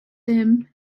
them